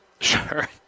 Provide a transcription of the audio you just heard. Sure